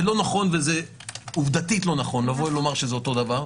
זה לא נכון עובדתית להגיד שזה אותו הדבר.